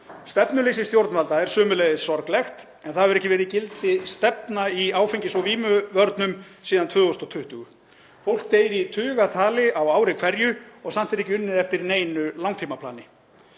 Stefnuleysi stjórnvalda er sömuleiðis sorglegt en það hefur ekki verið í gildi stefna í áfengis- og vímuvörnum síðan 2020. Fólk deyr í tugatali á ári hverju og samt er ekki unnið eftir neinu langtímaplani.